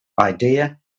idea